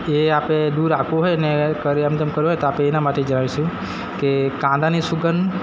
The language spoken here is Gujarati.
એ આપણે દૂર રાખવું હોયને કરી એમ તેમ કરવું હોય તો આપણે એના માટે જાણીશું કે કાંદાની સુગંધ